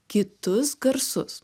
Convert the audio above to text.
kitus garsus